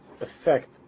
effect